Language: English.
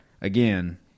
Again